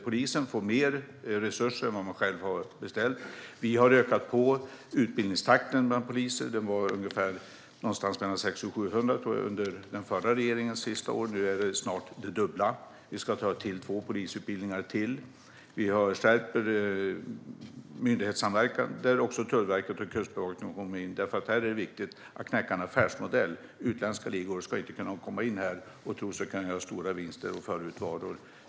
Polisen får mer resurser än man själv har begärt. Vi har ökat utbildningstakten för poliser. Den var någonstans mellan 600 och 700 under den förra regeringens sista år - nu är den snart det dubbla. Vi ska inrätta två nya polisutbildningar. Vi skärper myndighetssamverkan - där kommer också Kustbevakningen och Tullverket in. Det är nämligen viktigt att knäcka en affärsmodell. Utländska ligor ska inte kunna komma in och tro sig kunna göra stora vinster genom att föra ut varor.